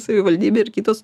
savivaldybė ir kitos